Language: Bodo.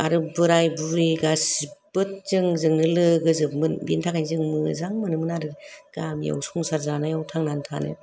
आरो बोराय बुरै गासैबो जोबोद जों लोगोजोबमोन बिनि थाखाय जों मोजां मोनो मोन आरो गामिआव संसार जानायाव थांनानै थानो